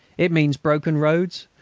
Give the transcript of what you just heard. it means broken roads,